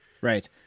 Right